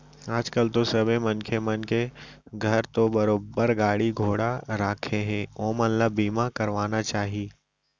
आज कल तो सबे मनखे मन के घर तो बरोबर गाड़ी घोड़ा राखें हें ओमन ल बीमा करवाना चाही